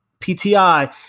PTI